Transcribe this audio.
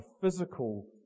physical